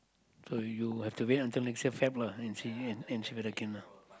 so you have to wait til next year Feb lah and you see and you see whether can ah